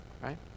right